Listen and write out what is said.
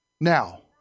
Now